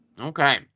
Okay